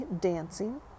dancing